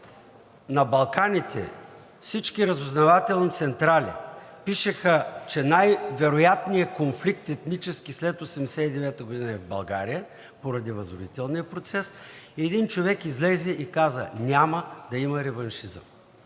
на Балканите всички разузнавателни централи пишеха, че най-вероятният етнически конфликт след 1989 г. е в България поради възродителния процес, един човек излезе и каза: „Няма да има реваншизъм.“